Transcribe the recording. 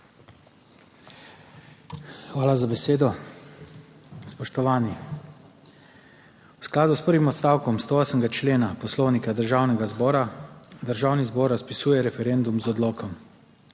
Hvala za besedo. Spoštovani! V skladu s prvim odstavkom 108. člena Poslovnika Državnega zbora Državni zbor razpisuje referendum z odlokom.